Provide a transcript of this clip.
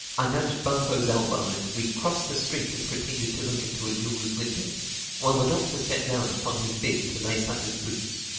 i nudged bumpo's elbow and we crossed the street and pretended to look into a jeweler's window while the doctor sat down upon his bed to lace up his boots,